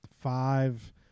five